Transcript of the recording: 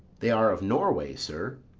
they are of norway, sir.